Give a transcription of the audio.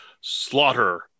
Slaughter